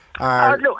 Look